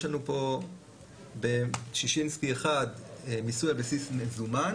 יש לנו פה בשישינסקי 1 מיסוי על בסיס מזומן,